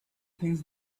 things